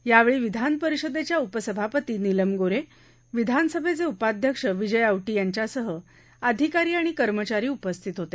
यावेळी विधानपरिषदेच्या उपसभापती निलम गो हे विधानसभेचे उपाध्यक्ष विजय औटी यांच्यासह अधिकारी आणि कर्मचारी उपस्थित होते